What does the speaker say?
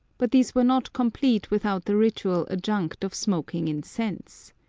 but these were not complete without the ritual adjunct of smoking incense.